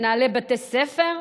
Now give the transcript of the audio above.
מנהלי בתי ספר,